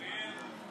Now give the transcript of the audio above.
שלוש דקות לרשותך,